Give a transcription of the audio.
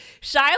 Shia